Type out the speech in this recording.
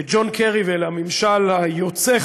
לג'ון קרי ולממשל היוצא,